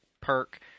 Perk